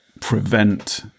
prevent